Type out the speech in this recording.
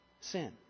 sin